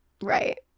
right